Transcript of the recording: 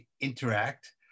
interact